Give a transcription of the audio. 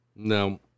No